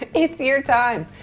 it's your time.